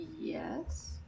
Yes